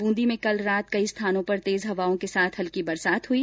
ब्रंदी में कल रात कई स्थानों पर तेज हवाओं के साथ हल्की बरसात हुई